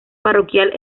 parroquial